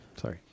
Sorry